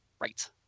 Right